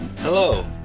Hello